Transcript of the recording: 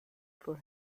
for